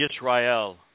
Yisrael